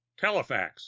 telefax